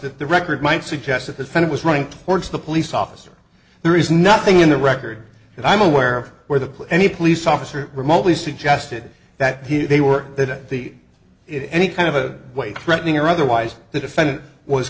the record might suggest that his friend was running towards the police officer there is nothing in the record that i'm aware of where the plate any police officer remotely suggested that they were that the any kind of a way threatening or otherwise the defendant was